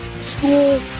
school